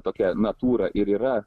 tokia natūra ir yra